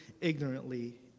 ignorantly